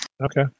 Okay